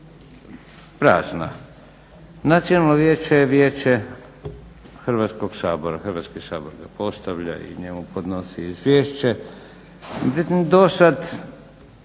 prazna. Nacionalno vijeće je vijeće Hrvatskog sabora. Hrvatski sabor ga postavlja i njemu podnosi izvješće.